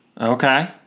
Okay